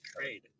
Trade